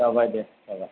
जाबाय दे जाबाय